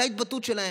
זו ההתבטאות שלהם.